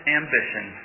ambition